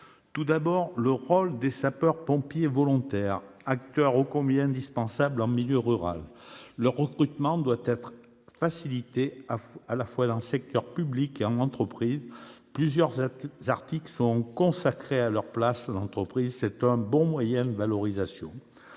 par rappeler le rôle des sapeurs-pompiers volontaires, acteurs ô combien indispensables en milieu rural. Leur recrutement doit être facilité à la fois dans le secteur public et au sein des entreprises. Plusieurs articles sont consacrés à leur place en entreprise : c'est un bon moyen de valorisation.